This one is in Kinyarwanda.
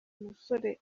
umusore